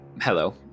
Hello